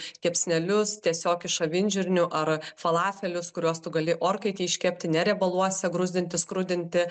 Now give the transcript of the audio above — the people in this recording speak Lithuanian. kepsnelius tiesiog iš avinžirnių ar falafelius kuriuos tu gali orkaitėj iškepti ne riebaluose gruzdinti skrudinti